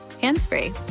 hands-free